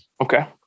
Okay